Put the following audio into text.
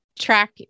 track